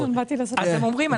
אז הם אומרים,